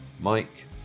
Mike